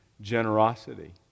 generosity